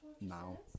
now